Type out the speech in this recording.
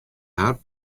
har